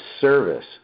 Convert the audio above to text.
service